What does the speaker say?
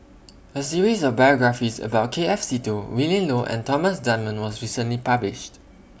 A series of biographies about K F Seetoh Willin Low and Thomas Dunman was recently published